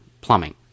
plumbing